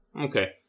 Okay